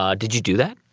ah did you do that?